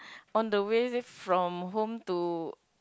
on the way from home to